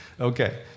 Okay